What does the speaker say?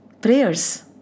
Prayers